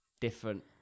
different